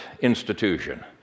institution